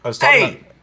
Hey